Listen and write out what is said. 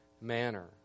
manner